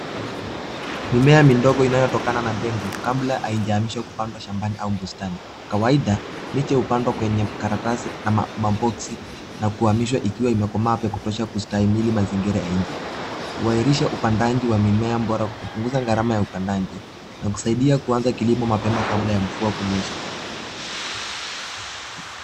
Mimea midogo inayotokana na mbegu kabla haijahamishwa kupandwa shambani au bustani, kawaida miche hupandwa kwenye karatasi ama maboksi na kuhamishwa ikiwa imekomaa vya kutosha kustahimili mazingira ya nje. Uhairisha upandaji wa mimea bora, hupunguza garama ya upandaji na kusaidia kuanza kilimo mapema kabla ya kunyesha.